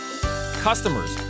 Customers